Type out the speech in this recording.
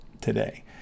today